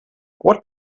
what